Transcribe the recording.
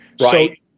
right